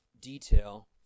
detail